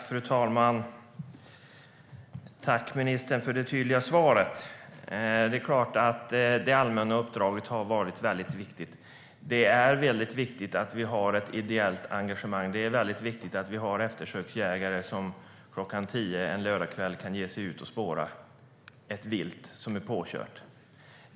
Fru talman! Jag tackar ministern för det tydliga svaret. Det är klart att det allmänna uppdraget har varit mycket viktigt. Det är mycket viktigt att vi har ett ideellt engagemang, och det är mycket viktigt att vi har eftersöksjägare som klockan tio en lördagskväll kan ge sig ut och spåra ett vilt som är påkört.